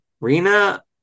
Rina